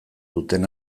duten